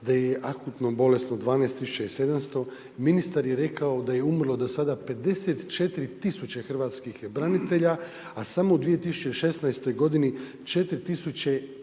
da je akutno bolesno 12 700, ministar je rekao da je umrlo do sada 54 tisuće hrvatskih branitelja a samo u 2016. godini 4 037